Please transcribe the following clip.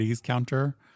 counter